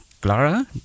Clara